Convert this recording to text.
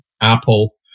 Apple